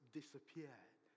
disappeared